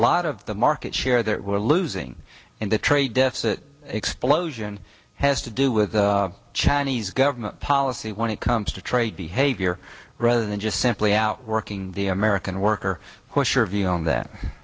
lot of the market share that we're losing in the trade deficit explosion has to do with the chinese government policy when it comes to trade behavior rather than just simply out working the american worker who's your view on that